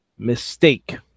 Mistake